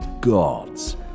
gods